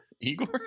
Igor